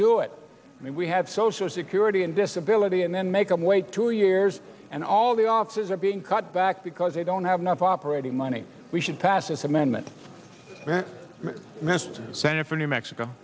do it and we have social security and disability and then make them wait two years and all the offices are being cut back because they don't have enough operating money we should pass this amendment messed santa fe new mexico